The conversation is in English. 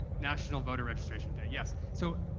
national voter registration day, yes. so,